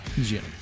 Jim